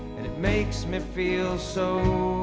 and it makes me feel so